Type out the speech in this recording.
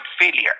failure